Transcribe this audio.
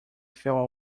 fell